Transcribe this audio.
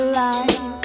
life